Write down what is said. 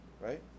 right